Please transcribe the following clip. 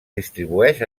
distribueix